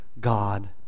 God